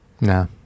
No